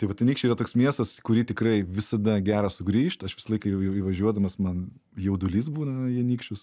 tai vat anykščiai yra toks miestas į kurį tikrai visada gera sugrįžt aš visą laiką jau jau jau įvažiuodamas man jaudulys būna į anykščius